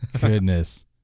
Goodness